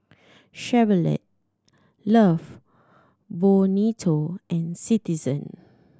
Chevrolet Love Bonito and Citizen